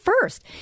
first